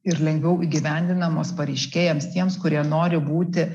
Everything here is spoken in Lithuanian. ir lengviau įgyvendinamos pareiškėjams tiems kurie nori būti